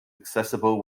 accessible